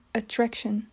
attraction